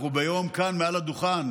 היום העלו כאן מעל הדוכן